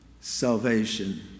Salvation